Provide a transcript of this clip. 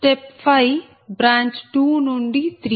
step 5 branch 2 నుండి 3